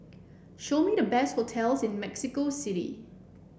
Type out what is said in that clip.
show me the best hotels in Mexico City